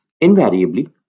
invariably